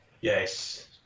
Yes